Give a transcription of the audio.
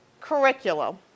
curriculum